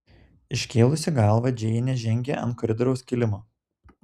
iškėlusi galvą džeinė žengė ant koridoriaus kilimo